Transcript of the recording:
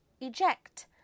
Eject